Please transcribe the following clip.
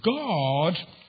God